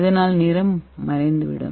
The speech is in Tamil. இதனால் நிறம் மறைந்துவிடும்